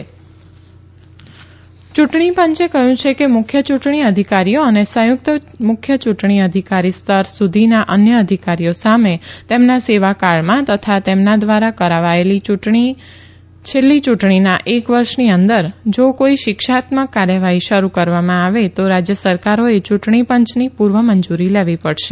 યુંટણી આયોગ રાજપત્ર યુંટણી પંચે કહયું છે કે મુખ્ય ચુંટણી અધિકારીઓ અને સંયુકત મુખ્ય ચુંટણી અધિકારી સ્તર સુધીના અન્ય અધિકારીઓ સામે તેમના સેવાકાળમાં તથા તેમના ધ્વારા કરાવાયેલી છેલ્લી યુંટણીના એક વર્ષની અંદર જો કોઇ શિસ્તભંગની કાર્યવાહી શરૂ કરવામાં આવે તો રાજય સરકારોએ યુંટણી પંચની પુર્વ મંજુરી લેવી પડશે